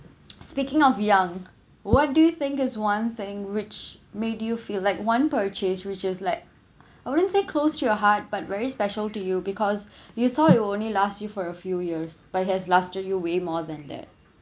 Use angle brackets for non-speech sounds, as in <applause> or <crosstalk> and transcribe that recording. <breath> <noise> speaking of young what do you think is one thing which made you feel like one purchase which is like <breath> I wouldn't say close to your heart but very special to you because <breath> you thought it only last you for a few years but has lasted you way more than that